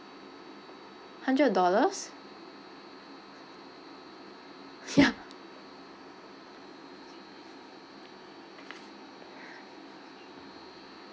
hundred dollars ya